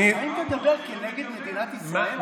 האם תדבר נגד מדינת ישראל?